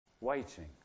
Waiting